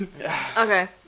Okay